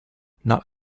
not